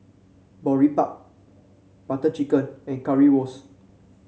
Boribap Butter Chicken and Currywurst